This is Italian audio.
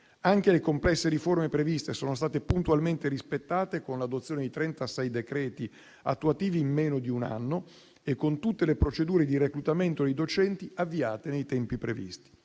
Anche le complesse riforme previste sono state puntualmente rispettate con l'adozione di trentasei decreti attuativi in meno di un anno e con tutte le procedure di reclutamento dei docenti avviate nei tempi previsti.